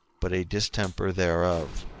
but a distemper thereof.